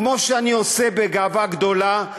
כמו שאני עושה בגאווה גדולה,